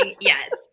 Yes